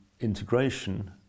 integration